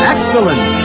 Excellent